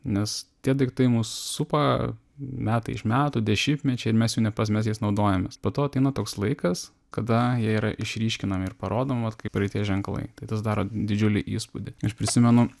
nes tie daiktai mus supa metai iš metų dešimtmečiai ir mes jų nepasi mes jais naudojamės po to ateina toks laikas kada jie yra išryškinami ir parodomi vat kaip praeities ženklai tai tas daro didžiulį įspūdį aš prisimenu